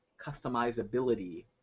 customizability